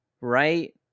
right